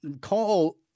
call